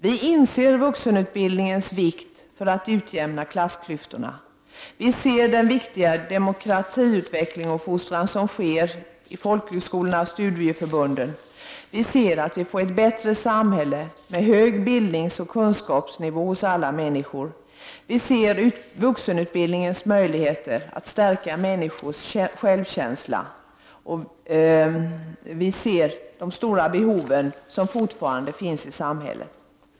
Vi inser vuxenutbildningens vikt för att utjämna klassklyftorna. Vi ser den viktiga demokratiutveckling och demokratifostran som sker inom folkhögskolan och studieförbunden. Vi ser att vi får ett bättre samhälle med hög bildningsoch kunskapsnivå hos alla människor. Vi ser vuxenutbildningens möjligheter att stärka människors självkänsla. Vi ser de stora behov som fortfarande finns i samhället.